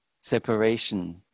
separation